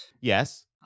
Yes